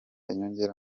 inyongera